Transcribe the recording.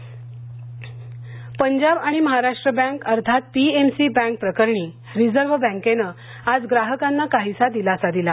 PM C bank Punjab आणि Maharashtra bank अर्थात P M C bank प्रकरणी रिझर्व बँकेनं आज ग्राहकांना काहीसा दिलासा दिला